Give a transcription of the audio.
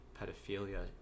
pedophilia